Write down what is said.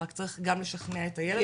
רק צריך גם לשכנע את הילד.